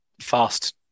fast